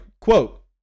quote